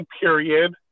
period